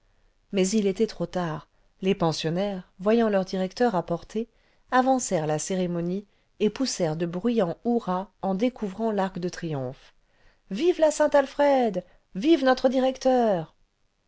mais il était trop tard les pensionnaires voyant leur directeur à portée avancèrent la cérémonie et poussèrent de bruyants hourras en découvrant l'arc de triomphe ce vive la saint alfred vive notre directeur